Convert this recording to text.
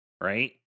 Right